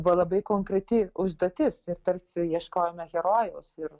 buvo labai konkreti užduotis ir tarsi ieškojome herojaus ir